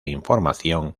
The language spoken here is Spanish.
información